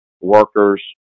workers